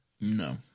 No